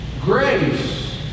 Grace